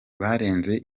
barenze